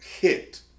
hit